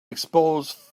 expose